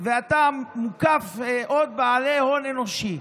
ואתה מוקף בעוד בעלי הון אנושי.